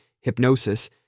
hypnosis